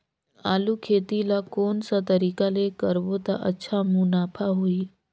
आलू खेती ला कोन सा तरीका ले करबो त अच्छा मुनाफा होही?